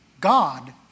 God